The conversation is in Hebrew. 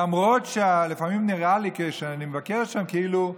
למרות שלפעמים נראה לי, כשאני מבקר שם, כאילו,